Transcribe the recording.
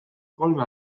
kolme